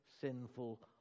sinful